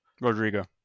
Rodrigo